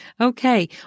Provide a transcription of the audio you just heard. Okay